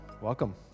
Welcome